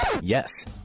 Yes